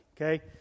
okay